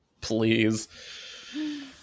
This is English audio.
Please